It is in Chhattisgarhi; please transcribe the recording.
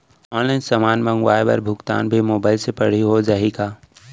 ऑनलाइन समान मंगवाय बर भुगतान भी मोबाइल से पड़ही हो जाही का?